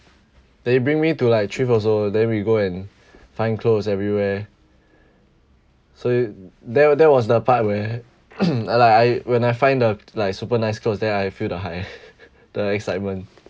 they bring me to like trip also then we go and find clothes everywhere so that that was the part where like I when I find the like super nice clothes then I feel the high the excitement